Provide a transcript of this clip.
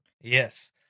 Yes